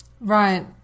right